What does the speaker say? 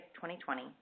2020